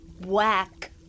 whack